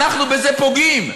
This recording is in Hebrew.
אנחנו בזה פוגעים.